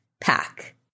pack